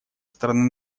стороны